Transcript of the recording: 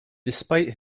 despite